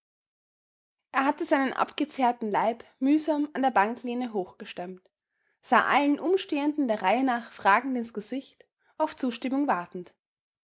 er hatte seinen abgezehrten leib mühsam an der banklehne hochgestemmt sah allen umstehenden der reihe nach fragend ins gesicht auf zustimmung wartend